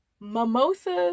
mimosas